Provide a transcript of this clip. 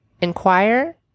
inquire